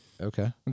Okay